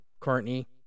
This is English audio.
Courtney